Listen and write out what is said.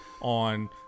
on